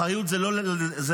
אחריות זה לא לדבר,